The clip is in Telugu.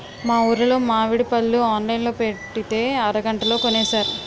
మా ఊరులో మావిడి పళ్ళు ఆన్లైన్ లో పెట్టితే అరగంటలో కొనేశారు